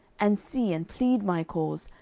and see, and plead my cause,